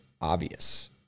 obvious